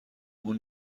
اون